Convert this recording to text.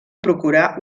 procurar